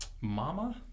Mama